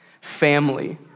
family